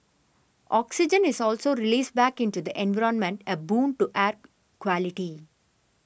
oxygen is also released back into the environment a boon to air quality